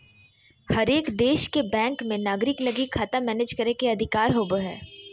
हरेक देश के बैंक मे नागरिक लगी खाता मैनेज करे के अधिकार होवो हय